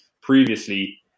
previously